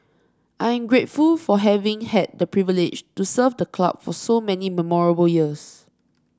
I am grateful for having had the privilege to serve the club for so many memorable years